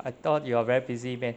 I thought you are very busy man